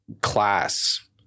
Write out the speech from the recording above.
class